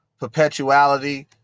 perpetuality